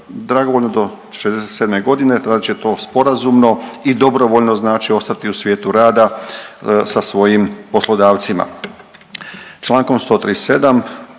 dragovoljno do 67 godine radit će sporazumno i dobrovoljno znači ostati u svijetu rada sa svojim poslodavcima.